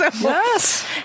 Yes